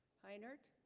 hi inert